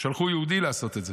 שלחו יהודי לעשות את זה,